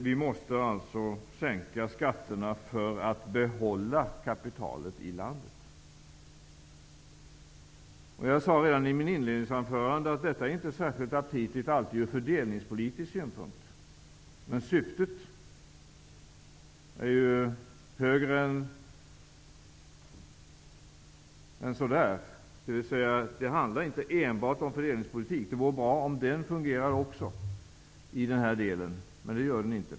Vi måste sänka skatterna för att behålla kaptialet i landet. Jag sade redan i mitt inledningsanförande att detta inte alltid är särskilt aptitligt ur fördelningspolitisk synpunkt. Men syftet är mer än detta. Det handlar inte enbart om fördelningspolitik. Det vore bra om också den fungerade i denna del, men det gör den inte.